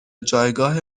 جایگاه